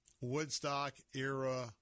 Woodstock-era